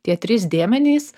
tie trys dėmenys